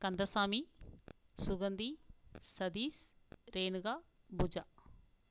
Kandasamy Suganthi Satish Renuka Pooja